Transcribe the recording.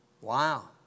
Wow